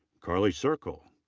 carley circle.